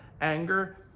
anger